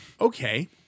Okay